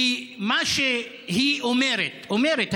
כי מה שהיא אומרת אומרת,